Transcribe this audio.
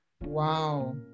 Wow